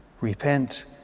Repent